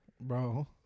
Bro